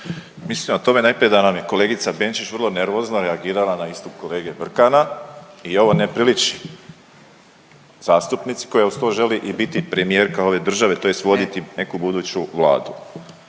Mislim o tome najprije da nam je kolegica Benčić vrlo nervozno reagirala na istup kolege Brkana i ovo ne priliči zastupnici koja uz to želi i biti premijerka ove države… …/Upadica Radin: Ne./…